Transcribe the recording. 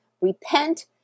repent